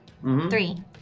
Three